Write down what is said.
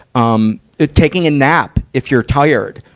um taking a nap, if you're tired.